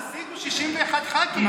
אז תשיגו 61 ח"כים.